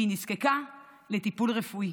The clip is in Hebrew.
והיא נזקקה לטיפול רפואי.